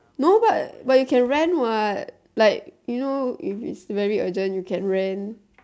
no but but you can rent what like you know if it's very urgent you can rent